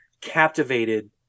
captivated